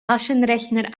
taschenrechner